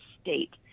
state